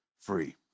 free